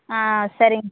ஆ சரிங்க